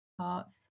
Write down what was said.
parts